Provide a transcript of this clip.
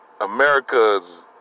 America's